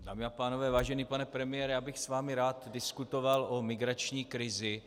Dámy a pánové, vážený pane premiére, já bych s vámi rád diskutoval o migrační krizi.